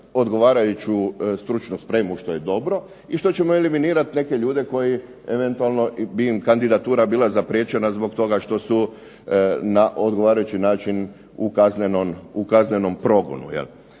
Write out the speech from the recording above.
odgovarajuću stručnu spremu što je dobro i što ćemo eventualne eliminirati neke ljude koje eventualno bi im kandidatura bila zapriječena zbog toga što su na neki način u kaznenom progonu.